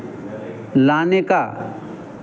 लाने का